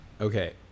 Okay